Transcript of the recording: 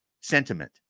sentiment